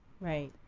Right